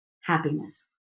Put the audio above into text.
happiness